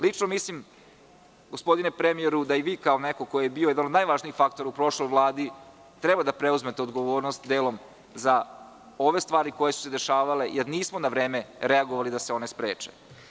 Lično, mislim gospodine premijeru, da i vi kao neko ko je bio jedan od najvažnijih faktora u prošloj Vladi treba da preduzmete odgovornost delom za ove stvari koje su se dešavale, jer nismo na vreme reagovali da se one spreče.